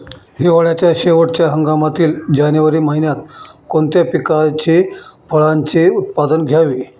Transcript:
हिवाळ्याच्या शेवटच्या हंगामातील जानेवारी महिन्यात कोणत्या पिकाचे, फळांचे उत्पादन घ्यावे?